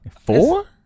Four